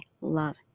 love